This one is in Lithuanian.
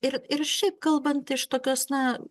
ir ir šiaip kalbant iš tokios na